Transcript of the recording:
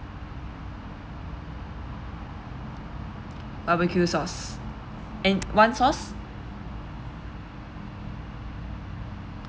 barbecue sauce and one sauce